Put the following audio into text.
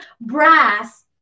brass